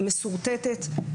משורטטת,